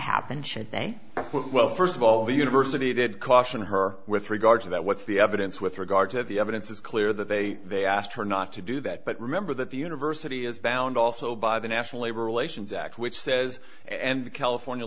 say well first of all the university did caution her with regard to that what's the evidence with regard to the evidence is clear that they they asked her not to do that but remember that the university is bound also by the national labor relations act which says and the california